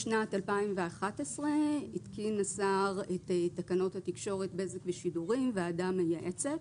בשנת 2011 הקים השר את תקנות התקשורת (בזק ושידורים) (ועדה מייעצת).